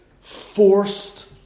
forced